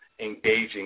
engaging